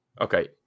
Okay